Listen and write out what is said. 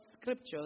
scriptures